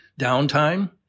downtime